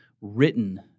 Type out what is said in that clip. written